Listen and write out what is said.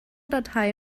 datei